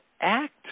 act